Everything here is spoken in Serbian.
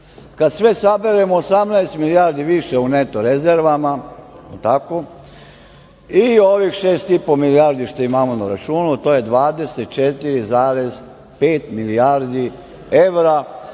Kada sve saberemo, 18 milijardi više u neto rezervama i ovih šest i po milijardi što imamo na računu, to je 24,5 milijardi evra.